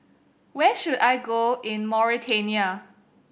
where should I go in Mauritania